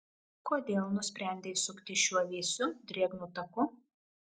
kodėl nusprendei sukti šiuo vėsiu drėgnu taku